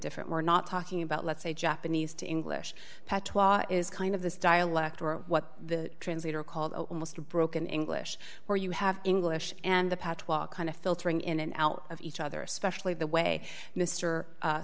different we're not talking about let's say japanese to english is kind of this dialect or what the translator called broken english where you have english and the path while kind of filtering in and out of each other especially the way mr